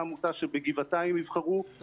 עמותה שבגבעתיים יבחרו או בכל מקום אחר.